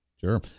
sure